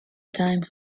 time